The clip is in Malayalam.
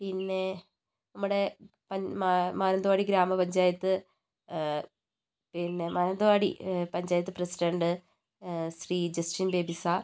പിന്നെ നമ്മുടെ മാന മാനന്തവാടി ഗ്രാമപഞ്ചായത്ത് പിന്നെ മാനന്തവാടി പഞ്ചായത്ത് പ്രസിഡൻറ് ശ്രീ ജസ്റ്റിൻ ബേബി സാർ